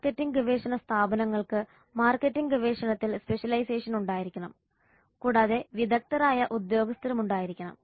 marketing ഗവേഷണ സ്ഥാപനങ്ങൾക്ക് marketing ഗവേഷണത്തിൽ സ്പെഷ്യലൈസേഷൻ ഉണ്ടായിരിക്കണം കൂടാതെ വിദഗ്ദ്ധരായ ഉദ്യോഗസ്ഥരും ഉണ്ടായിരിക്കണം